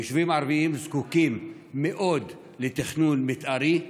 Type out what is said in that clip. היישובים הערביים זקוקים מאוד לתכנון מתארי,